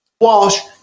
Walsh